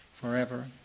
forever